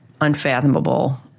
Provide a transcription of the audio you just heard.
unfathomable